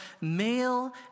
Male